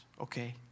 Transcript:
okay